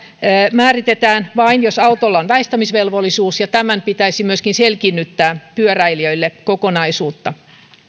määritetään vain jos autolla on väistämisvelvollisuus ja tämän pitäisi myöskin selkiinnyttää pyöräilijöille kokonaisuutta